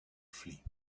flee